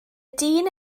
dyn